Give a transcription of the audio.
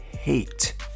hate